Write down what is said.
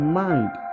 mind